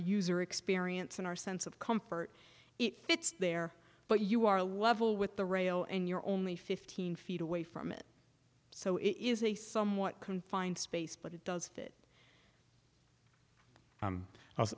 user experience and our sense of comfort it fits there but you are level with the rail and you're only fifteen feet away from it so it is a somewhat confined space but it does